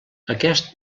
aquest